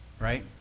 right